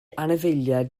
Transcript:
anifeiliaid